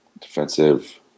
defensive